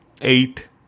eight